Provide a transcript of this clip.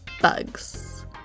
bugs